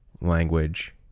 language